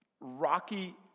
rocky